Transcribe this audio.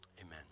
amen